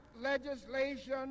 legislation